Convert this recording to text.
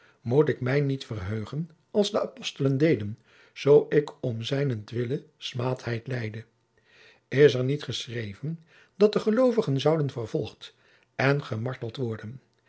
moet ik mij niet verheugen als de apostelen deden zoo ik om zijnent wille smaadheid lijde is er niet geschreven dat de gelovigen zouden vervolgd en gemarteld worden